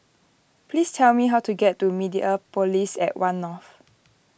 please tell me how to get to Mediapolis at one North